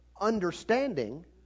understanding